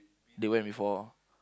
they went before